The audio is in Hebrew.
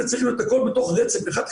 זה צריך להיות הכל בתוך רצף אחד,